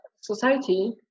society